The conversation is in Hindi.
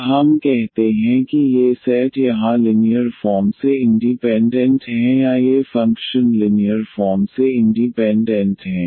तब हम कहते हैं कि ये सेट यहाँ लिनीयर फॉर्म से इंडीपेंडेंट हैं या ये फंक्शन लिनीयर फॉर्म से इंडीपेंडेंट हैं